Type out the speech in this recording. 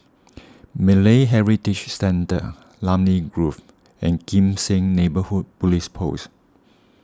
Malay Heritage Centre Namly Grove and Kim Seng Neighbourhood Police Post